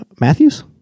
Matthews